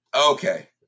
okay